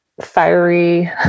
fiery